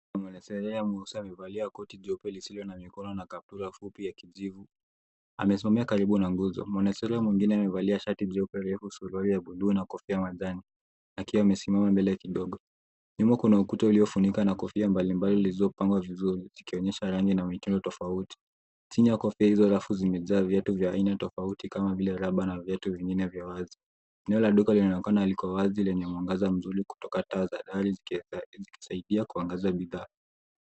Mwanaserere mweusi amevalia koti jeupe lisilo na mikono na kaptura fupi ya kijivu, amesongea karibu na nguzo. Mwanaserere mwingine ame valia shati jeupe iliwepo suruali ya bluu na kofia majani akiwa amesimama mbele kidogo. Nyuma kuna ukuta uliofunikwa na kofia mbalimbali ilizo pangwa vizuri zikionyesha rangi na mitindo tofauti. Chini ya kofia izo rafu zime jaa viatu vya aina tofauti kama vile raba na viatu vingine vya wazi. Kinara ya duka linaonekana likowazi lenye mwangaza mzuri kutoka taa za dari zikisaidia kuangaza bidhaa.